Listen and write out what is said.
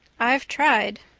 i've tried.